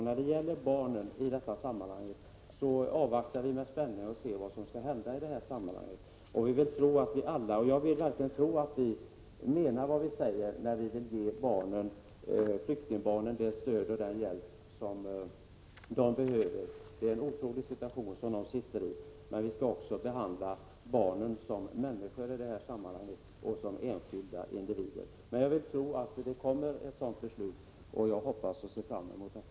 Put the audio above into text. När det gäller barnen i det här sammanhanget avvaktar vi med spänning vad som skall hända. Vi vill tro att alla menar vad de säger när de talar om att ge flyktingbarnen det stöd och den hjälp de behöver. Det är en otrolig situation de befinner sig i. Men vi skall i det här sammanhanget också behandla barnen som människor och som enskilda individer. Jag vill tro att det kommer ett beslut på det området, och jag hoppas och ser fram emot det.